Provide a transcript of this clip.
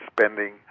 spending